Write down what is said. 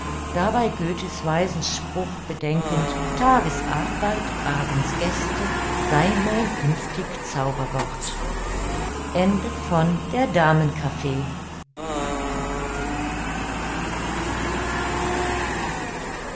dabei göthe's weisen spruch bedenkend tages arbeit abends gäste sei mein künftig zauberwort